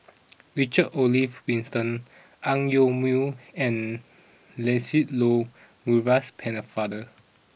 Richard Olaf Winston Ang Yoke Mooi and Lancelot Maurice Pennefather